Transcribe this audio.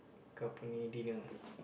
company dinner ah